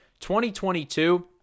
2022